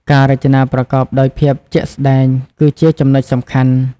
ការរចនាប្រកបដោយភាពជាក់ស្តែងគឺជាចំណុចសំខាន់។